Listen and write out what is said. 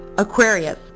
Aquarius